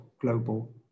global